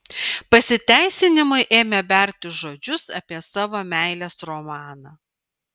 pasiteisinimui ėmė berti žodžius apie savo meilės romaną